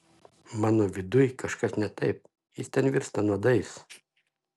mano viduj kažkas ne taip jis ten virsta nuodais